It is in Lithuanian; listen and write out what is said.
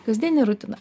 kasdienė rutina